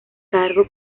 cargo